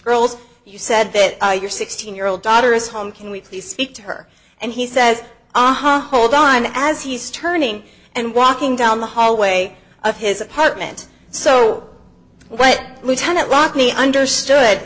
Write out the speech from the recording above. girls you said that your sixteen year old daughter is home can we please speak to her and he says aha hold on as he's turning and walking down the hallway of his apartment so what lieutenant rodney understood